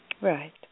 Right